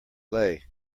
lay